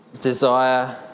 desire